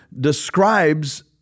describes